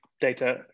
data